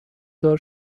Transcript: دار